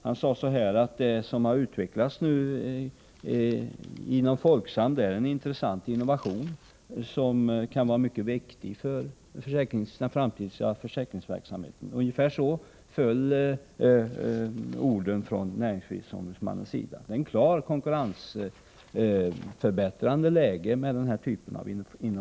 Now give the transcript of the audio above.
Han sade att vad som nu har utvecklats inom Folksam är en intressant innovation, som kan vara mycket viktig för den framtida försäkringsverksamheten. Ungefär så föll hans ord. Den här typen av innovationer innebär ett klart förbättrat konkurrensläge.